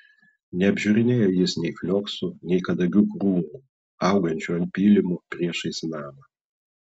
neapžiūrinėjo jis nei flioksų nei kadagių krūmų augančių ant pylimo priešais namą